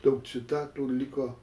daug citatų liko